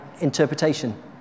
interpretation